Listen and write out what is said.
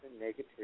negative